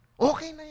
okay